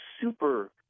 super